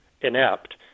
inept